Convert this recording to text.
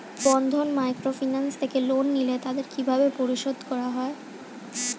বন্ধন microfinance থেকে loan নিলে তাদের কিভাবে পরিশোধ করতে হয়?